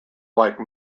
like